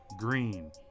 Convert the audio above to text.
Green